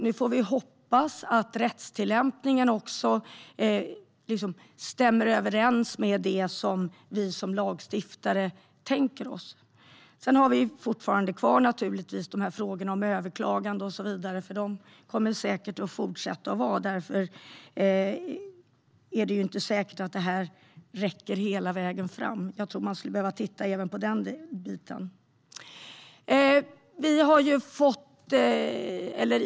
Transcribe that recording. Nu får vi hoppas att rättstillämpningen stämmer överens med det som vi som lagstiftare tänker oss. Vi har naturligtvis fortfarande kvar frågorna om överklagande och så vidare. Därför är det inte säkert att detta räcker hela vägen fram. Jag tror att man skulle behöva titta även på den biten.